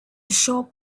shop